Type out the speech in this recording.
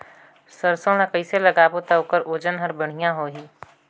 सरसो ला कइसे लगाबो ता ओकर ओजन हर बेडिया होही?